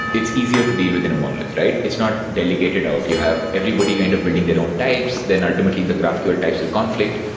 it's easier to deal within a monolith, right? it's not delegated out. you have everybody kind of building their own types. then ultimately the graphql types will conflict.